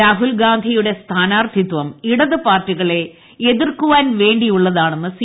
രാഹുൽഗാന്ധിയുടെ സ്ഥാനാർത്ഥിത്വം ഇടതുപാർട്ടികളെ എതിർക്കുവാൻ വേണ്ടിയുള്ളതാണെന്ന് സി